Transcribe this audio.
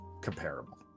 comparable